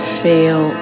feel